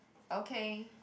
okay